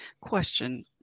Question